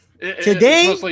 today